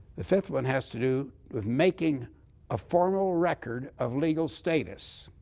the fifth one has to do with making a formal record of legal status.